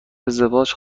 ازدواج